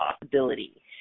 possibility